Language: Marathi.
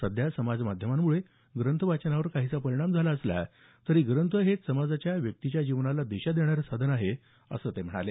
सध्या समाज माध्यमांमुळे ग्रंथ वाचनावर काहीसा परिणाम झाला असला तरी ग्रंथ हेच समाजाच्या आणि व्यक्तीच्या जीवनास दिशा देणारे साधन आहे असं ते म्हणाले